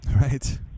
Right